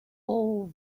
all